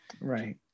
right